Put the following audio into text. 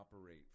operate